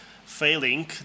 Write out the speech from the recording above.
Failing